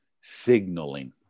signaling